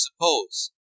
suppose